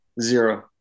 Zero